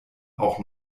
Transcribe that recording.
auch